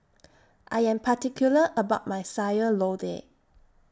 I Am particular about My Sayur Lodeh